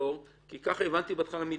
פקטור כי ככה הבנתי בהתחלה מדנה,